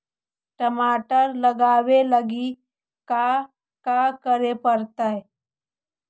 टमाटर लगावे लगी का का करये पड़तै?